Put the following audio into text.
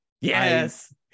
Yes